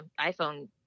iPhone